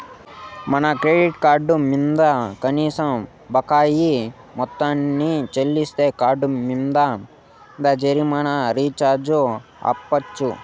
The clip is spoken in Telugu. మన క్రెడిట్ కార్డు మింద కనీస బకాయి మొత్తాన్ని చెల్లిస్తే కార్డ్ మింద జరిమానా ఛార్జీ ఆపచ్చు